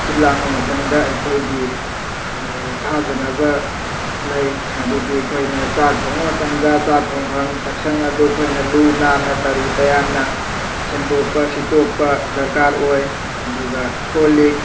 ꯁꯤꯜꯂꯥꯡꯕ ꯃꯇꯝꯗ ꯑꯩꯈꯣꯏꯒꯤ ꯊꯥꯖꯅꯕ ꯂꯩ ꯃꯗꯨꯗꯤ ꯑꯩꯈꯣꯏꯅ ꯆꯥꯛ ꯊꯣꯡꯕ ꯃꯇꯝꯗ ꯆꯥꯛ ꯊꯣꯡꯐꯝ ꯆꯥꯛꯁꯪ ꯑꯗꯨ ꯑꯩꯈꯣꯏꯅ ꯂꯨꯅꯥꯟꯅ ꯇꯔꯨ ꯇꯌꯥꯟꯅ ꯁꯦꯡꯗꯣꯛꯄ ꯁꯤꯠꯇꯣꯛꯄ ꯗꯔꯀꯥꯔ ꯑꯣꯏ ꯑꯗꯨꯒ ꯀꯣꯜꯂꯤꯛ